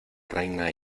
reina